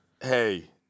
hey